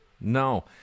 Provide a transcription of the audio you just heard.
No